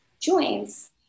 joints